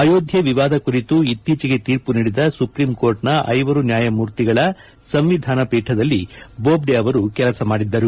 ಅಯೋಧ್ಯೆ ವಿವಾದ ಕುರಿತು ಇತ್ತೀಚೆಗೆ ತೀರ್ಮ ನೀಡಿದ ಸುಪ್ರೀಂ ಕೋರ್ಟ್ನ ಐವರು ನ್ವಾಯಮೂರ್ತಿಗಳ ಸಂವಿಧಾನ ಪೀಠದಲ್ಲಿ ಬೋಬ್ನೆ ಅವರು ಕೆಲಸ ಮಾಡಿದ್ದರು